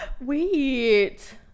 wait